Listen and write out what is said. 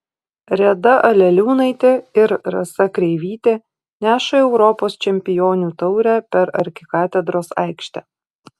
reda aleliūnaitė ir rasa kreivytė neša europos čempionių taurę per arkikatedros aikštę